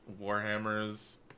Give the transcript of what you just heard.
Warhammer's